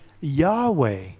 Yahweh